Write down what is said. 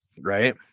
Right